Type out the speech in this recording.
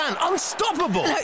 Unstoppable